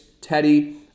Teddy